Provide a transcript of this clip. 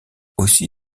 aussi